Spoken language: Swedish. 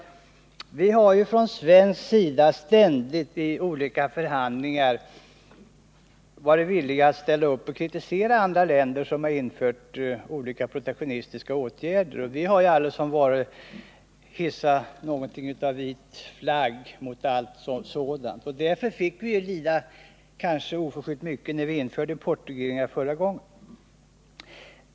Vi har ju från svensk sida ständigt i olika förhandlingar varit sörjningsberedvilliga att ställa upp och kritisera andra länder som har infört protektionistiska skapen på skoomåtgärder. Vi har aldrig hissat vit flagg för sådana åtgärder, och därför fick vi rådet lida kanske oförskyllt mycket när vi införde importregleringar förra gången.